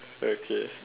okay